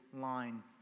line